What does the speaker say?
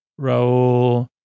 Raul